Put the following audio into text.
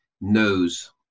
knows